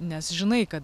nes žinai kad